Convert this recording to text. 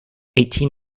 eighteen